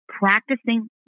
Practicing